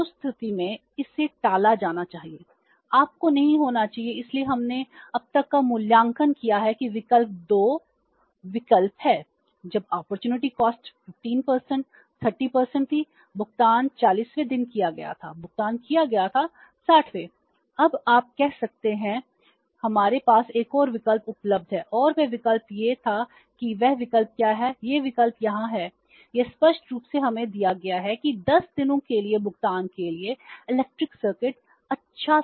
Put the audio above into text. तो उस स्थिति में इसे टाला जाना चाहिए आपको नहीं होना चाहिए इसलिए हमने अब तक का मूल्यांकन किया है कि विकल्प 2 विकल्प हैं जब अपॉर्चुनिटी कॉस्ट क्या था